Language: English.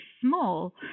small